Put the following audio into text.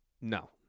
No